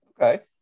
Okay